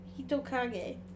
Hitokage